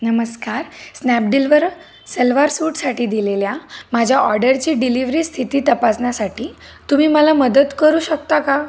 नमस्कार स्नॅपडिलवर सलवार सूटसाठी दिलेल्या माझ्या ऑर्डरची डिलिवरी स्थिती तपासण्यासाठी तुम्ही मला मदत करू शकता का